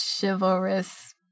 chivalrous